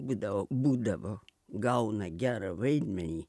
būdavo būdavo gauna gerą vaidmenį